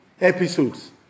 episodes